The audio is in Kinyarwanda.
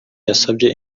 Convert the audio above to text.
yasabye